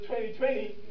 20:20